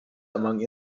among